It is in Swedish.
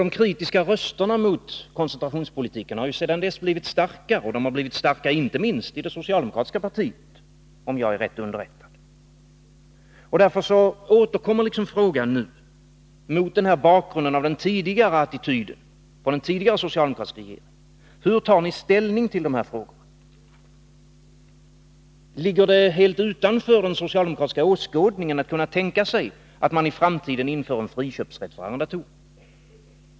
De kritiska rösterna mot koncentrationspolitiken har sedan dess blivit starkare, inte minst i det socialdemokratiska partiet om jag är rätt underrättad. Därför återkommer frågan nu, mot bakgrund av den tidigare attityden från tidigare socialdemokratiska regeringar: Hur tar ni ställning till dessa frågor? Ligger det helt utanför den socialdemokratiska åskådningen att kunna tänka sig att i framtiden införa friköpsrätt för arrendatorer?